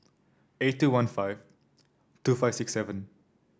eight two one five two five six seven